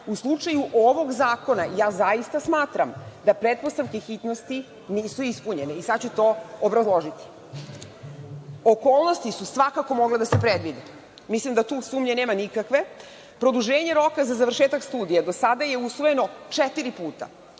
slučaju ovog zakona, ja zaista smatram da pretpostavke i hitnosti nisu ispunjene i sada ću to obrazložiti. Okolnosti su svakako mogle da se predvide. Mislim da tu sumnje nema nikakve. Produženje roka za završetak studija do sada je usvojeno četiri puta